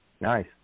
nice